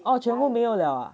oh 全部没有了啊